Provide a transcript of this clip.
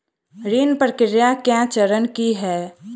ऋण प्रक्रिया केँ चरण की है?